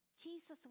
Jesus